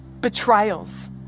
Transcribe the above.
betrayals